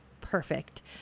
perfect